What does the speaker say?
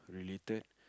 related